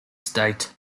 state